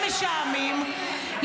שמש העמים,